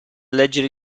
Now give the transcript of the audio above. leggere